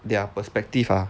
their perspective ah